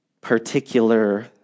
particular